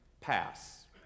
pass